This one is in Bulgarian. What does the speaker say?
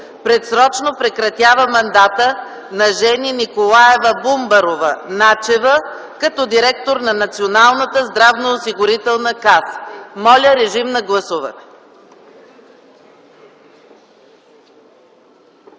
Предсрочно прекратява мандата на Жени Николаева Бумбарова - Начева като директор на Националната здравноосигурителна каса.” Гласували